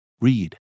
Read